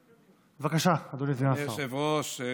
בבקשה, אדוני סגן השר.